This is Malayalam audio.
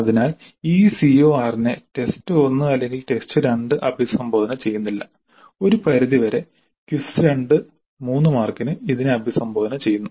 അതിനാൽ ഈ CO6 നെ ടെസ്റ്റ് 1 അല്ലെങ്കിൽ ടെസ്റ്റ് 2 അഭിസംബോധന ചെയ്യുന്നില്ല ഒരു പരിധിവരെക്വിസ് 2 3 മാർക്കിന് ഇതിനെ അഭിസംബോധന ചെയ്യുന്നു